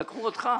הם לקחו אותך.